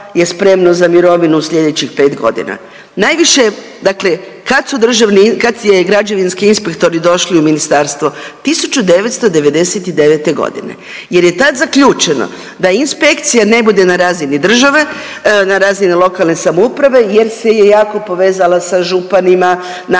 je spremno za mirovinu sljedećih 5 godina. Najviše, dakle kad su građevinski inspektori došli u ministarstvo? 1999. godine jer je tad zaključeno da inspekcija ne bude na razini države, na razini lokalne samouprave jer se je jako povezala sa županima, načelnicima,